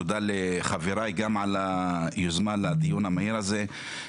תודה לחבריי גם על היוזמה לדיון המהיר הזה.